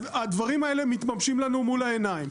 הדברים האלה מתממשים לנו מול העיניים,